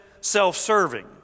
self-serving